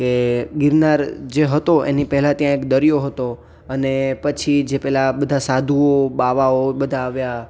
કે ગિરનાર જે હતો એની પહેલાં ત્યાં એક દરિયો હતો અને પછી જે પેલા બધા સાધુઓ બાવાઓ બધા આવ્યા